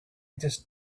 just